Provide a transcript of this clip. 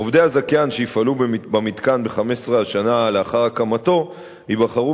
עובדי הזכיין שיפעלו במתקן ב-15 השנה לאחר הקמתו ייבחרו